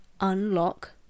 unlock